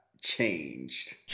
changed